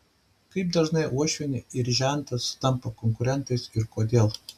kaip dažnai uošvienė ir žentas tampa konkurentais ir kodėl